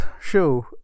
show